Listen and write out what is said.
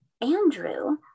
Andrew